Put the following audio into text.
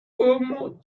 como